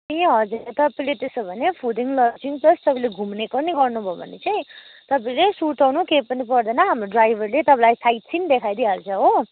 ए हजुर तपाईँले त्यसोभने फुडिङ लजिङ प्लस तपाईँले घुम्नेको पनि गर्नुभयो भने चाहिँ तपाईँले सुर्ताउनु केही पनि पर्दैन हाम्रो ड्राइभरले तपाईँलाई साइट सिन देखाइदिई हाल्छ हो